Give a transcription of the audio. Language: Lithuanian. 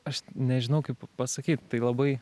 aš nežinau kaip pasakyt tai labai